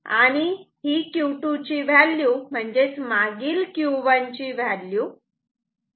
आणि ही व्हॅल्यू म्हणजेच मागील Q1 ची व्हॅल्यू